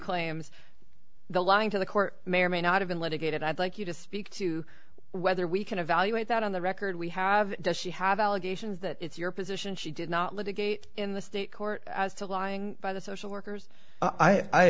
claims the lying to the court may or may not have been litigated i'd like you to speak to whether we can evaluate that on the record we have does she have allegations that it's your position she did not let a gate in the state court as to lying by the social workers i